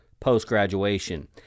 post-graduation